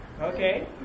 Okay